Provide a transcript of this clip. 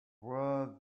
where